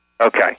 Okay